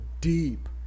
deep